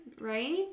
right